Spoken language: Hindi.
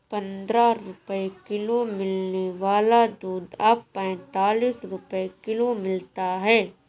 पंद्रह रुपए किलो मिलने वाला दूध अब पैंतालीस रुपए किलो मिलता है